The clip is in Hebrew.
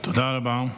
תודה רבה.